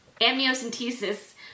amniocentesis